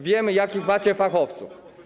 Wiemy, jakich macie fachowców.